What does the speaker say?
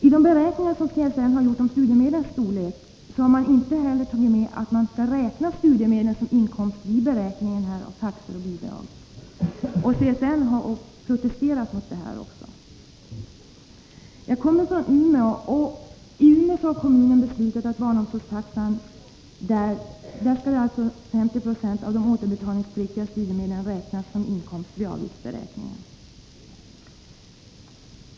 I de beräkningar som centrala studiestödsnämnden har gjort om studiemedlens storlek har inte heller tagits hänsyn till att man räknar studiemedlen som inkomst vid beräkning av taxor och bidrag. CSN har också protesterat mot detta. Jag kommer från Umeå, och där har kommunen beslutat om en barnomsorgstaxa där 50 96 av de återbetalningspliktiga studiemedlen räknas som inkomst vid avgiftsberäkningen.